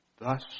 Thus